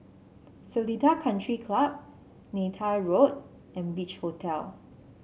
Seletar Country Club Neythai Road and Beach Hotel